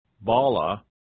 Bala